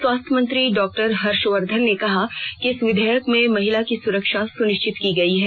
स्वास्थ्य मंत्री डॉक्टर हर्षवर्धन ने कहा कि इस विधेयक में महिला की सुरक्षा सुनिश्चित की गई है